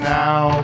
now